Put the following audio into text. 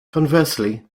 conversely